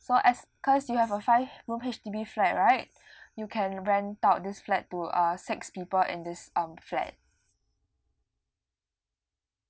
so as cause you have a five room H_D_B flat right you can rent out this flat to uh six people in this um flat